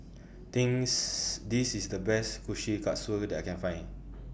Things This IS The Best Kushikatsu that I Can Find